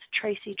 Tracy